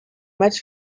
much